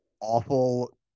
awful